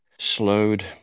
slowed